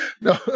no